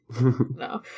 no